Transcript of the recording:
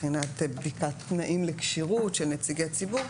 מבחינת בדיקת תנאים לכשירות של נציגי ציבור.